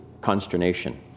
consternation